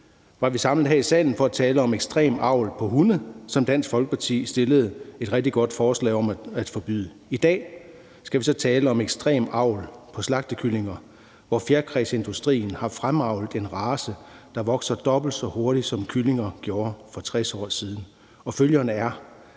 var vi samlet her i salen for at tale om ekstrem avl af hunde, som Dansk Folkeparti stillede et rigtig godt forslag om at forbyde. I dag skal vi så tale om ekstrem avl af slagtekyllinger, hvor fjerkræsindustrien har fremavlet en race, der vokser dobbelt så hurtigt, som kyllinger gjorde for 60 år siden, og følgerne er,